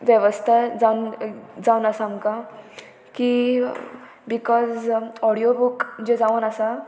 वेवस्था जावन जावन आसा आमकां की बिकॉज ऑडियो बूक जे जावन आसा